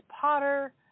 Potter